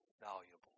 valuable